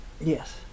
Yes